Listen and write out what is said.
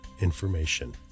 information